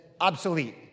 obsolete